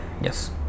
yes